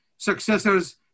Successors